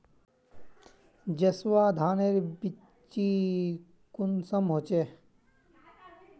जसवा धानेर बिच्ची कुंसम होचए?